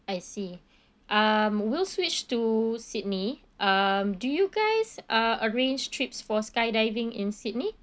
I see um we'll switch to sydney um do you guys uh arrange trips for skydiving in sydney